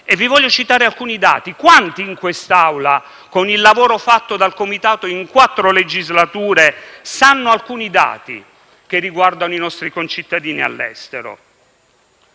Voglio citarvi alcuni dati. Quanti in quest'Aula con il lavoro svolto dal Comitato in quattro legislature conoscono alcuni dati che riguardano i nostri concittadini all'estero.